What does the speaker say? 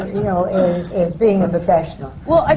know, is is being a professional. well,